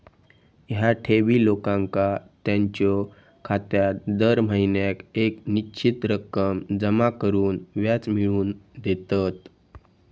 ह्या ठेवी लोकांका त्यांच्यो खात्यात दर महिन्याक येक निश्चित रक्कम जमा करून व्याज मिळवून देतत